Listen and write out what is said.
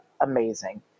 amazing